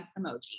emoji